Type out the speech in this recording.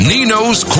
Nino's